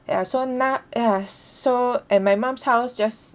ya so now ya so at my mum's house just